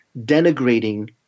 denigrating